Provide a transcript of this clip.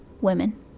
women